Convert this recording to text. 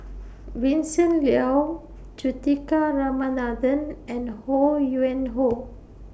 Vincent Leow Juthika Ramanathan and Ho Yuen Hoe